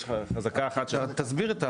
תסביר.